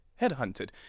headhunted